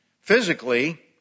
physically